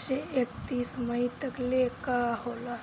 से एकतीस मई तकले कअ होला